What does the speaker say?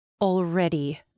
Already